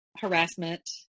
harassment